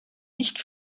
nicht